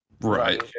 Right